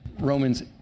Romans